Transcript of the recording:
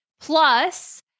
Plus